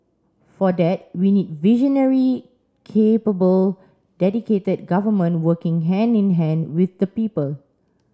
for that we need visionary capable dedicated government working hand in hand with the people